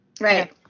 right